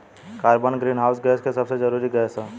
carbon greenhouse gas के सबसे जरूरी गैस ह